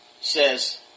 says